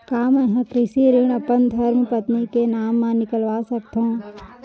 का मैं ह कृषि ऋण अपन धर्मपत्नी के नाम मा निकलवा सकथो?